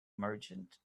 merchant